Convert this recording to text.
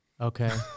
okay